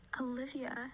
Olivia